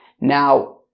now